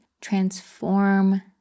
transform